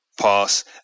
pass